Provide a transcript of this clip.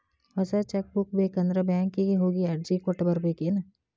ಹೊಸ cheque book ಬೇಕಂದ್ರ ಬ್ಯಾಂಕಿಗೆ ಹೋಗಿ ಅರ್ಜಿ ಕೊಟ್ಟ ಬರ್ಬೇಕೇನ್